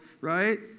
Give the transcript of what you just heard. right